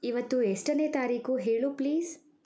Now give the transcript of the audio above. ಇವತ್ತು ಎಷ್ಟನೇ ತಾರೀಕು ಹೇಳು ಪ್ಲೀಸ್